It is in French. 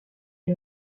est